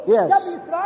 Yes